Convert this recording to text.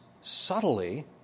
subtly